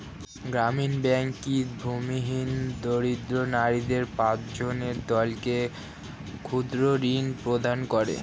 গ্রামীণ ব্যাংক কি ভূমিহীন দরিদ্র নারীদের পাঁচজনের দলকে ক্ষুদ্রঋণ প্রদান করে?